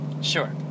Sure